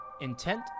intent